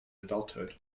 adulthood